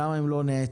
למה הם לא נעצרים?